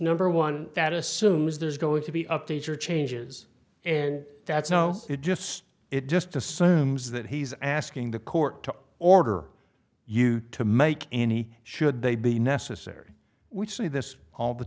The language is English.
number one that assumes there's going to be updates or changes and that's no it just it just assumes that he's asking the court to order you to make any should they be necessary we see this all the